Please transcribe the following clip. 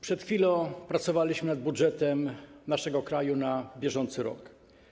Przed chwilą pracowaliśmy nad budżetem naszego kraju na bieżący rok.